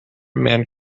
man